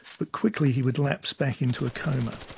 but quickly, he would lapse back into a coma.